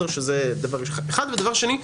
ושנית,